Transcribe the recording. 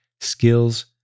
skills